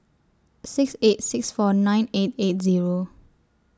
six eight six four nine eight eight Zero